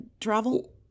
travel